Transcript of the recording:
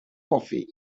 coffee